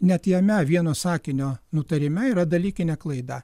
net jame vieno sakinio nutarime yra dalykinė klaida